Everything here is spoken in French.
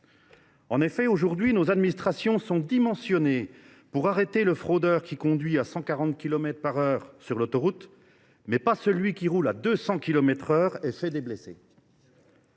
fraude. Aujourd’hui, nos administrations sont dimensionnées pour arrêter le fraudeur qui conduit à 140 kilomètres à l’heure sur l’autoroute, mais pas celui qui roule à 200 kilomètres à l’heure et fait des blessés